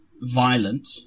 violent